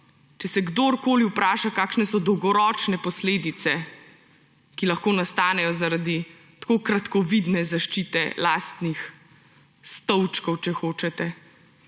če se kdorkoli vpraša, kakšne so dolgoročne posledice, ki lahko nastanejo zaradi tako kratkovidne zaščite lastnih stolčkov, če hočete.